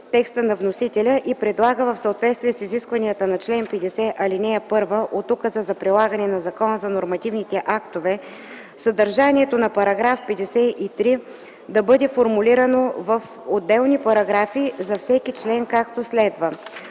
текста на вносителя и предлага в съответствие с изискванията на чл. 50, ал. 1 от Указа за прилагане на Закона за нормативните актове, съдържанието на § 53 да бъде формулирано в отделни параграфи за всеки член, както следва: